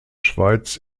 schweiz